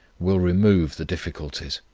will remove the difficulties.